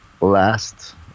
last